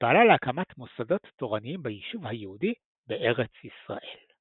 שפעלה להקמת מוסדות תורניים ביישוב היהודי בארץ ישראל.